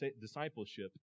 discipleship